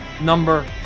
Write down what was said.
number